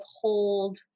hold